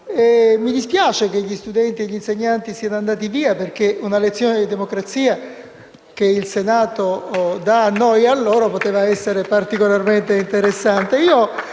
mi dispiace che gli studenti e gli insegnanti siano andati via, perché una lezione di democrazia che il Senato impartisce a noi, per loro poteva essere particolarmente interessante.